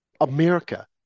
America